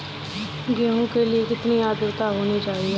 गेहूँ के लिए कितनी आद्रता होनी चाहिए?